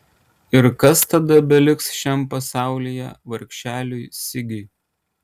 ir kas tada beliks šiam pasaulyje vargšeliui sigiui